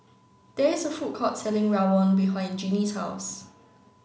there is a food court selling Rawon behind Jeanie's house